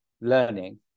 learning